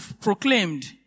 proclaimed